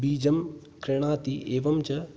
बीजं क्रीणाति एवञ्च